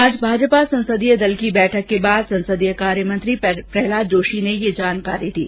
आज भाजपा संसदीय दल की बैठक के बाद संसदीय कार्य मंत्री प्रहलाद जोशी ने ये जानकारी दी